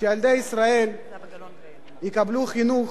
שילדי ישראל יקבלו חינוך